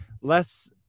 Less